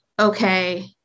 okay